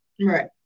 Right